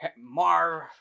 Marv